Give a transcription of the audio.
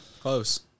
Close